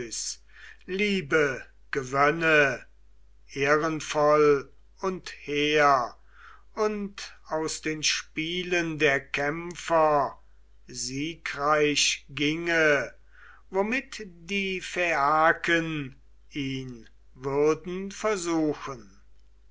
liebe gewönne ehrenvoll und hehr und aus den spielen der kämpfer siegreich ginge womit die phaiaken ihn würden versuchen